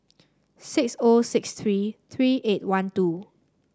six O six three three eight one two